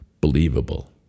believable